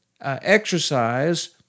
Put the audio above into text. Exercise